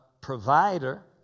Provider